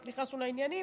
רק נכנסנו לעניינים.